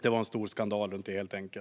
Det var helt enkelt en stor skandal runt detta.